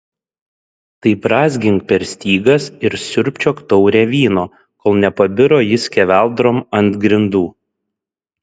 tai brązgink per stygas ir siurbčiok taurę vyno kol nepabiro ji skeveldrom ant grindų